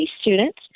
students